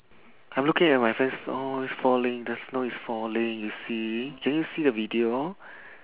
I'm looking at my friend's snow is falling the snow is falling you see can you see the video